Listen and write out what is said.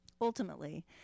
Ultimately